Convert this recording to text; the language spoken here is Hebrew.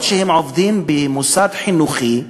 אף שהם עובדים במוסד חינוכי,